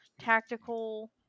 tactical